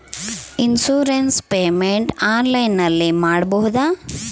Insurance payment ಆನ್ಲೈನಿನಲ್ಲಿ ಮಾಡಬಹುದಾ?